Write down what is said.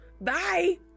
Bye